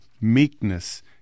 meekness